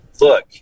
look